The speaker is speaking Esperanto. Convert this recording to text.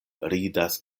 ridas